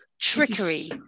trickery